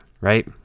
right